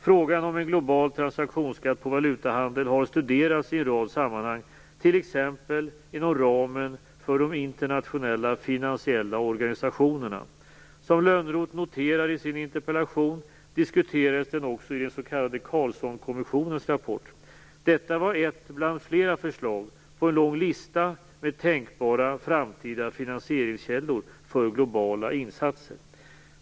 Frågan om en global transaktionsskatt på valutahandel har studerats i en rad sammanhang, t.ex. inom ramen för de internationella finansiella organisationerna. Som Lönnroth noterar i sin interpellation diskuterades den också i den s.k. Carlssonkommissionens rapport. Detta var ett bland flera förslag på en lång lista med tänkbara framtida finansieringskällor för globala insatser.